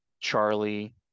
charlie